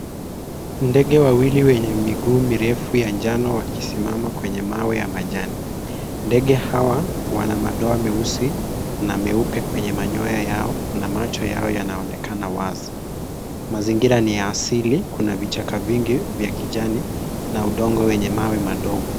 Ndege wawili wenye miguu mirefu ya njano wakisimama kwenye mawe ya majani. Ndege hawa wana madoa meusi na meupe kwenye manyoya yao na macho yao yanaonekana wazi. Mazingira ni ya asili. Kuna vichaka vingi vya kijani na udongo wenye mawe madogo.